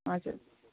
हजुर